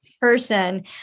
person